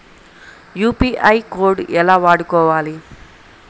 UPI code ఎలా వాడుకోవాలి?